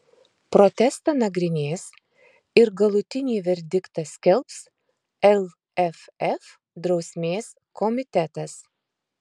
protestą nagrinės ir galutinį verdiktą skelbs lff drausmės komitetas